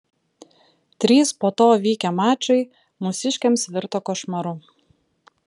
trys po to vykę mačai mūsiškiams virto košmaru